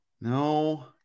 No